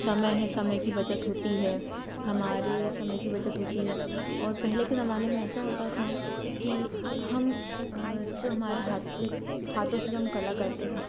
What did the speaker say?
समय है समय की बचत होती है हमारे समय की बचत होती है और पहले के ज़माने में ऐसा होता था कि हम जो हमारे हाथ जो हाथों से जो हम कला करते थे